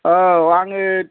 औ आङो